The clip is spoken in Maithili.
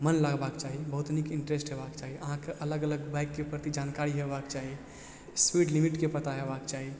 मन लगबाके चाही बहुत नीक इंट्रेस्ट हेबाके चाही अहाँके अलग अलग बाइकके प्रति जानकारी हेबाके चाही स्पीड लिमिटके पता हेबाके चाही